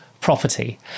property